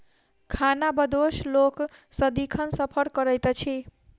खानाबदोश लोक सदिखन सफर करैत अछि